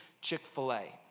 Chick-fil-A